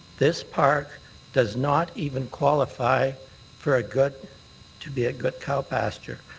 this park does not even qualify for a good to be a good cow pasture.